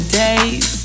days